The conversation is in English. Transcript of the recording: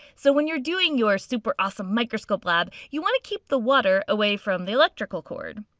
so when you're doing your super awesome microscope lab, you want to keep the water away from the electrical cord.